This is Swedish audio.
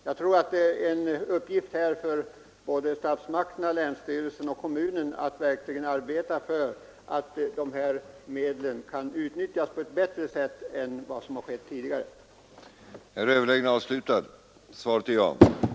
Det är en uppgift för statsmakterna, länsstyrelsen och kommunen att verkligen arbeta för att dessa hjälpmedel kan utnyttjas på ett bättre sätt än som tidigare skett.